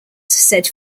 said